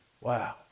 Wow